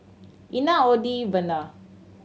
Ina Odie Werner